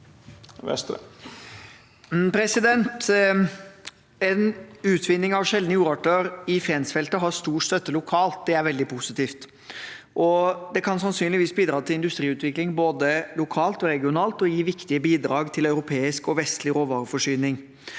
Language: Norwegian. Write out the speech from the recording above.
En utvin- ning av sjeldne jordarter i Fensfeltet har stor støtte lokalt. Det er veldig positivt. Det kan sannsynligvis bidra til industriutvikling både lokalt og regionalt og gi viktige bidrag til europeisk og vestlig råvareforsyning.